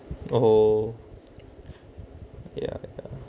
oh ya ya